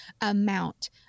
amount